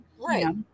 right